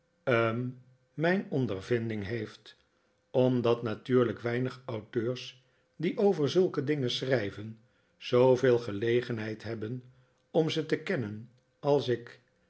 hm mijn ondervinding heeft omdat natuurlijk weinig auteurs die over zulke dingen schrijven zooveel gelegenheid hebben om ze te kennen als ik